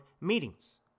meetings